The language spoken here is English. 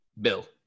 Bill